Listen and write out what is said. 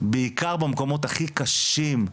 בעיקר במקומות הכי קשים,